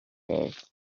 oasis